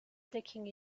taking